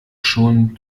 schon